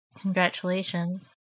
Congratulations